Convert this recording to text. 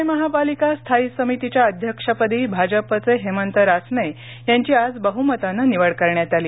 पूणे महापालिका स्थायी समितीच्या अध्यक्षपदी भाजपचे हेमंत रासने यांची आज बहुमतानं निवड करण्यात आली